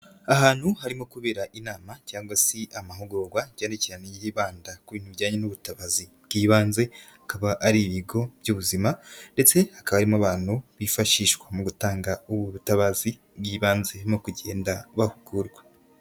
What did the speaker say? Ahantu harimo kubera inama cyangwa se amahugurwa cyane cyane yibanda ku bintu bijyanye n'ubutabazi bw'ibanze, akaba ari ibigo by'ubuzima ndetse hakaba harimo abantu bifashishwa mu gutanga ubu butabazi bw'ibanze barimo kugenda bahugurwa.